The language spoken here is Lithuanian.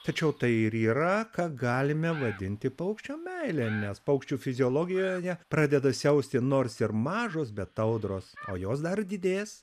tačiau tai ir yra ką galime vadinti paukščio meile nes paukščių fiziologijoje pradeda siausti nors ir mažos bet audros o jos dar didės